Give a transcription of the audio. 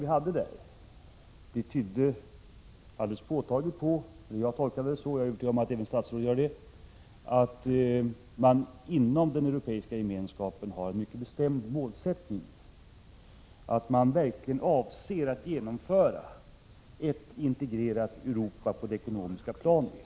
Jag tolkade det som framkom vid seminariet så — jag är övertygad om att även statsrådet gjorde den tolkningen — att man inom Europeiska gemenskapen verkligen avser att genomföra ett integrerat Europa på det ekonomiska planet.